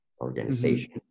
organization